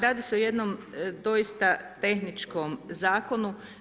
Radi se o jednom doista tehničkom Zakonu.